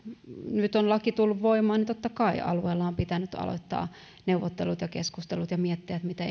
nyt on laki tullut voimaan ja totta kai alueella on pitänyt aloittaa neuvottelut ja keskustelut ja miettiä miten